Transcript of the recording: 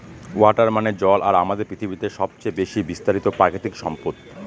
water মানে জল আর আমাদের পৃথিবীতে সবচেয়ে বেশি বিস্তারিত প্রাকৃতিক সম্পদ